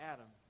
Adam